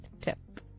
tip